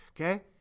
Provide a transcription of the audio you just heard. okay